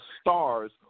stars